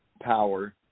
power